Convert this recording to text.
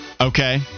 Okay